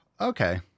Okay